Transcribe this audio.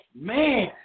Man